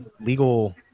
legal